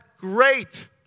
great